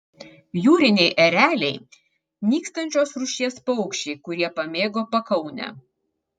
jūriniai ereliai nykstančios rūšies paukščiai kurie pamėgo pakaunę